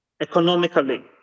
Economically